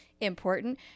important